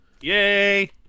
Yay